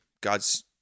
God's